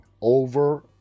over